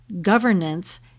governance